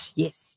yes